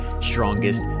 strongest